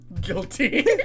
guilty